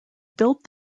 built